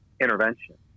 intervention